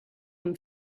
him